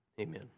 amen